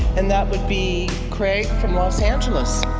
and that would be craig from los angeles